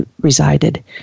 resided